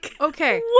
okay